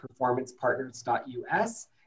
performancepartners.us